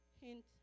Hint